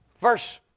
Verse